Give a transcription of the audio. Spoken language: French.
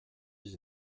dix